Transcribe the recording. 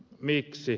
miksi